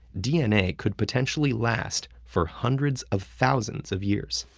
dna could potentially last for hundreds of thousands of years.